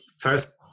first